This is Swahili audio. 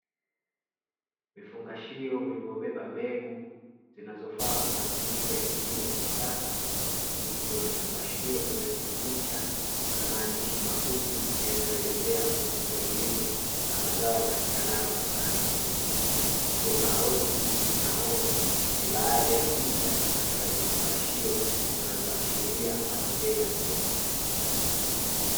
Vifungashio vilivyo beba mbegu, zinazo faa kwa matumizi ya kilimo cha kisasa. Ikiwa vifungashio vimewekwa picha na maandishi mafupi yanayo elezea kuhusu mbegu hizo, na mazao yapatikanayo kutokana na mbegu hizo. Ikiwa karoti na hoho ni baadhi ya picha, katika vifungashio zinazo ashiria matokeo ya mbegu.